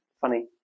funny